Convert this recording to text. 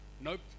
Nope